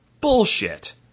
Bullshit